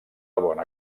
bona